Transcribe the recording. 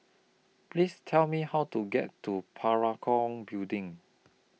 Please Tell Me How to get to Parakou Building